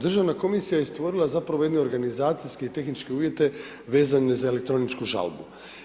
Državna komisija je stvorila zapravo jedne organizacijske i tehničke uvjete vezane za elektroničku žalbu.